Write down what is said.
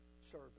service